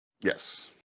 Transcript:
Yes